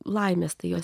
laimės tai jos